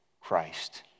Christ